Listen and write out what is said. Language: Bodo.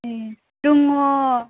ए दङ